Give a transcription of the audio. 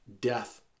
death